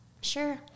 sure